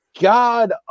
god